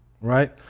Right